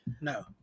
no